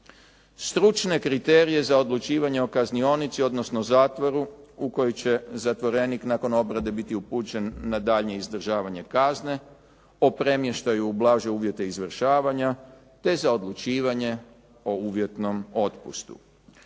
stručne kriterije za odlučivanje o kaznionici, odnosno zatvoru u koji će zatvorenik nakon obrade biti upućen na daljnje izdržavanje kazne, o premještaju u blaže uvjete izvršavanja te za odlučivanje o uvjetnom otpustu.